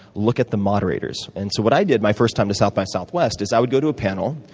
look at the moderators. and so what i did my first time to south by southwest is i would go to a panel,